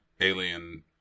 alien